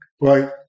Right